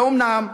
ואומנם,